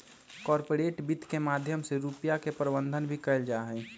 corporate वित्त के माध्यम से रुपिया के प्रबन्धन भी कइल जाहई